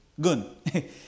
good